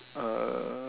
uh